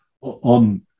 on